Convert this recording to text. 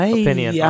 opinion